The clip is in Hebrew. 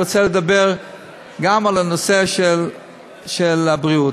לדבר גם על הנושא של הבריאות.